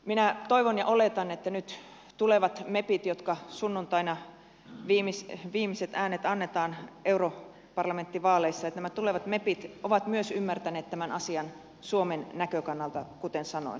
minä toivon ja oletan että tulevat mepit sunnuntaina viimeiset äänet annetaan europarlamenttivaaleissa ovat myös ymmärtäneet tämän asian suomen näkökannalta kuten sanoin